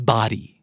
Body